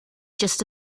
just